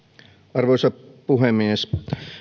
arvoisa puhemies